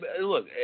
look